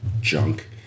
junk